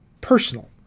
personal